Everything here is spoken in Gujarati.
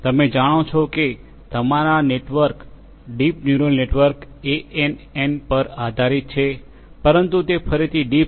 તમે જાણો છો કે તે તમારા નેટવર્ક ડીપ ન્યુરલ નેટવર્ક એએનએનપર આધારિત છે પરંતુ તે ફરીથી ડીપ છે